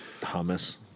Hummus